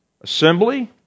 Assembly